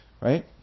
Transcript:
right